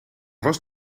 was